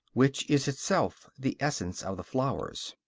which is itself the essence of the flowers.